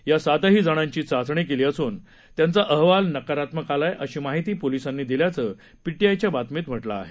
या सातही जणांची चाचणी केली असून त्यांचा अहवाल नकारात्मक आलाय अशी माहिती पोलिसांनी दिल्याचं पीटीआयच्या बातमीत म्हटलं आहे